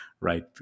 right